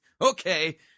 okay